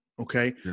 Okay